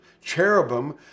cherubim